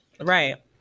Right